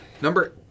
number